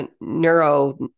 neuro